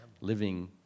living